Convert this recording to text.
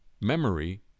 memory